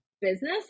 business